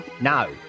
No